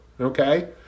Okay